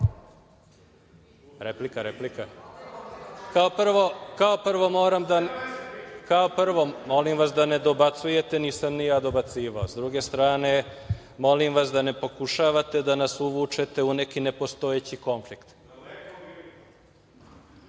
Poslovnik, replika. Kao prvo moram, molim vas da ne dobacujete, nisam ni ja dobacivao. S druge strane molim vas da ne pokušavate da nas uvučete u neki nepostojeći konflikt. Nas